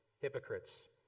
hypocrites